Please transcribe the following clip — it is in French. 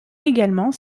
également